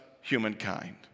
humankind